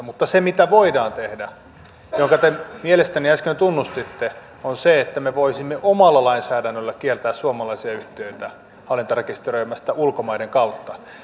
mutta se mitä voidaan tehdä minkä te mielestäni äsken tunnustitte on se että me voisimme omalla lainsäädännöllämme kieltää suomalaisia yhtiöitä hallintarekisteröimästä ulkomaiden kautta